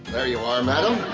there you are, madam.